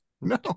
No